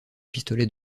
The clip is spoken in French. pistolets